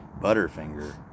Butterfinger